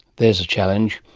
there's a challenge.